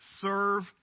Serve